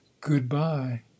Goodbye